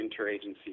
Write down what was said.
interagency